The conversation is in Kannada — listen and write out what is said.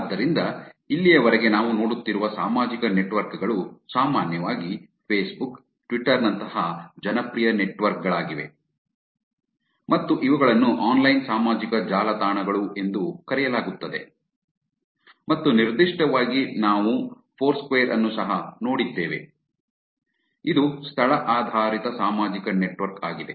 ಆದ್ದರಿಂದ ಇಲ್ಲಿಯವರೆಗೆ ನಾವು ನೋಡುತ್ತಿರುವ ಸಾಮಾಜಿಕ ನೆಟ್ವರ್ಕ್ ಗಳು ಸಾಮಾನ್ಯವಾಗಿ ಫೇಸ್ಬುಕ್ ಟ್ವಿಟರ್ ನಂತಹ ಜನಪ್ರಿಯ ನೆಟ್ವರ್ಕ್ ಗಳಾಗಿವೆ ಮತ್ತು ಇವುಗಳನ್ನು ಆನ್ಲೈನ್ ಸಾಮಾಜಿಕ ಜಾಲತಾಣಗಳು ಎಂದು ಕರೆಯಲಾಗುತ್ತದೆ ಮತ್ತು ನಿರ್ದಿಷ್ಟವಾಗಿ ನಾವು ಫೋರ್ಸ್ಕ್ವೇರ್ ಅನ್ನು ಸಹ ನೋಡಿದ್ದೇವೆ ಇದು ಸ್ಥಳ ಆಧಾರಿತ ಸಾಮಾಜಿಕ ನೆಟ್ವರ್ಕ್ ಆಗಿದೆ